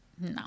no